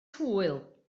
hwyl